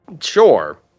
Sure